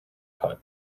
cut